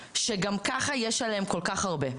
שגם ככה יש עליהם כל כך הרבה.